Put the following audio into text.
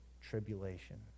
tribulation